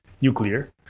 nuclear